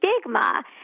stigma